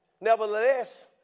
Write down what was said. Nevertheless